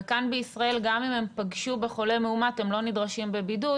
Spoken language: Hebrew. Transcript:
וכאן בישראל גם אם הם פגשו בחולה מאומת הם לא נדרשים בבידוד,